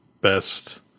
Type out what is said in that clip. best